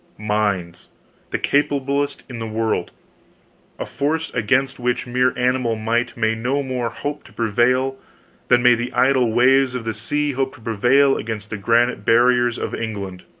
minds the capablest in the world a force against which mere animal might may no more hope to prevail than may the idle waves of the sea hope to prevail against the granite barriers of england.